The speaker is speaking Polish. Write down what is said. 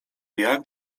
jak